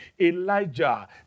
Elijah